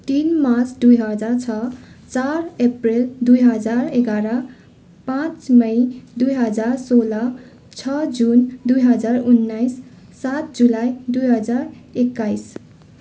तिन मार्च दुई हजार छ चार एप्रिल दुई हजार एघार पाँच मई दुई हजार सोह्र छ जुन दुई हजार उन्नाइस सात जुलाई दुई हजार एक्काइस